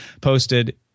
posted